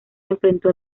enfrentó